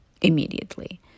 immediately